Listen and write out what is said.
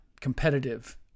competitive